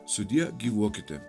sudie gyvuokite